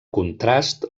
contrast